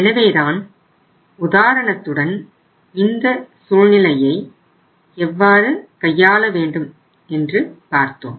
எனவேதான் உதாரணத்துடன் இந்த சூழ்நிலையை எவ்வாறு கையாள வேண்டும் என்று பார்த்தோம்